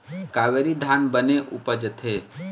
कावेरी धान बने उपजथे?